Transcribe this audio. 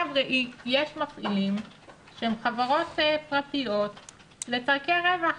ראי, יש מפעילים שהם חברות פרטיות לצרכי רווח.